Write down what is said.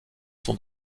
sont